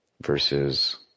versus